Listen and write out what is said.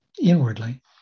inwardly